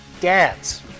dads